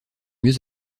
mieux